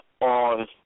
on